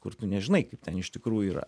kur tu nežinai kaip ten iš tikrųjų yra